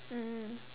mm